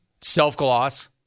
Self-gloss